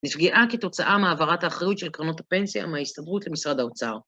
נפגעה כתוצאה מעברת האחריות של קרנות הפנסיה מההסתדרות למשרד האוצר.